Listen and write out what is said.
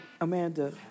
Amanda